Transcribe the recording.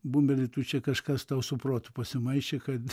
bumbeli tu čia kažkas tau su protu pasimaišė kad